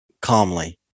calmly